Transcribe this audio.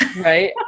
Right